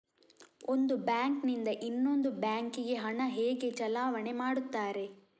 ಒಂದು ಬ್ಯಾಂಕ್ ನಿಂದ ಇನ್ನೊಂದು ಬ್ಯಾಂಕ್ ಗೆ ಹಣ ಹೇಗೆ ಚಲಾವಣೆ ಮಾಡುತ್ತಾರೆ?